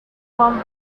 one